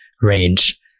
range